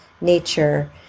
nature